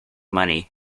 money